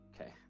Okay